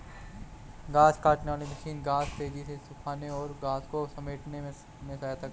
घांस काटने वाली मशीन घांस तेज़ी से सूखाने और घांस को समेटने में सहायता करता है